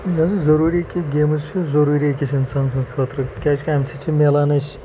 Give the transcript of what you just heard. نہ حظ وۄنۍ ضروٗری کینٛہہ گیمٕز چھِ ضروٗری أکِس اِنسانَس سٕنٛز خٲطرٕ کیٛازِکہِ اَمہِ سۭتۍ چھِ مِلان اَسہِ